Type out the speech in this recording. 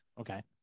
okay